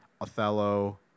Othello